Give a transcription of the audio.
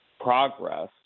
progress